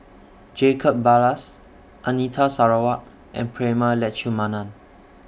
Jacob Ballas Anita Sarawak and Prema Letchumanan